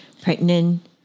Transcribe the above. pregnant